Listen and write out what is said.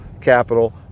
capital